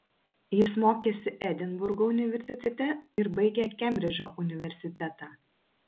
jis mokėsi edinburgo universitete ir baigė kembridžo universitetą